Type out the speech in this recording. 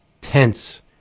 tense